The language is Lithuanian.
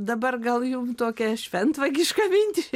dabar gal jum tokią šventvagišką mintį